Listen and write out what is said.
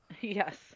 Yes